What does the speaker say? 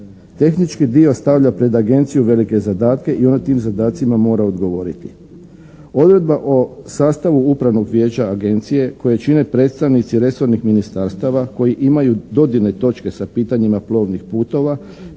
Tehnički dio stavlja pred agenciju velike zadatke i ona tim zadacima mora odgovoriti. Odredba o sastavu upravnog vijeća agencije koje čine predstavnici resornih ministarstava koji imaju dodirne točke sa pitanjima plovnih putova